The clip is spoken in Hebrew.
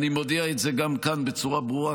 אני מודיע את זה גם כאן בצורה ברורה.